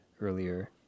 earlier